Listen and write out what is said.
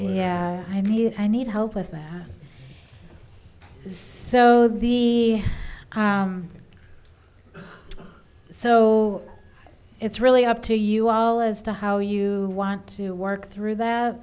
yeah i knew i need help with that is so the so it's really up to you all as to how you want to work through